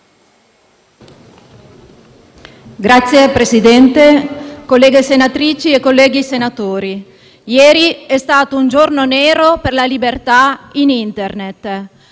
Signor Presidente, colleghe senatrici e colleghi senatori, ieri è stato un giorno nero per la libertà in Internet,